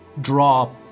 draw